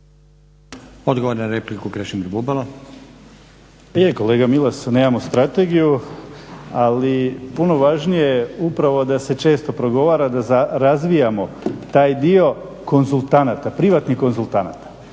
Odgovor na repliku Krešimir Bubalo.